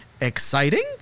exciting